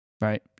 right